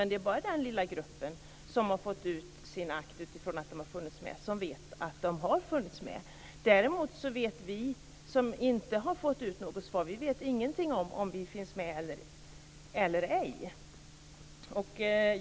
Det är bara en liten grupp människor som har fått ut sina akter, därför att de har funnits med, som vet att de har funnits med. Däremot vet vi som inte har fått ut något svar inte om vi finns med eller ej.